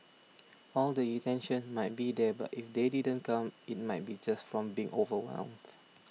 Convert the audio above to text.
all the intentions might be there but if they didn't come it might be just from being overwhelmed